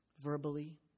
verbally